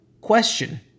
question